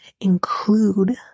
include